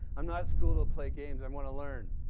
i'm not at school to play games. i want to learn.